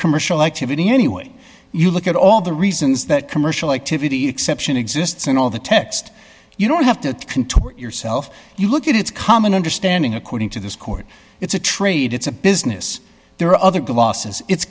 commercial activity in any way you look at all the reasons that commercial activity exception exists in all of the text you don't have to contort yourself you look at it's common understanding according to this court it's a trade it's a business there are other